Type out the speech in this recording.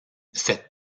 cette